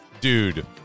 dude